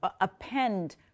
append